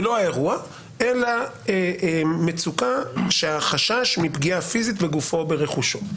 זה לא האירוע אלא מצוקה שהחשש מפגיעה פיזית לגופו או לרכושו.